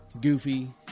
Goofy